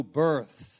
birth